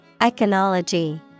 Iconology